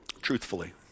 truthfully